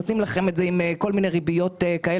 נותנים לך עם כל מיני ריביות כאלה